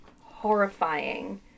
horrifying